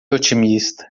otimista